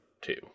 two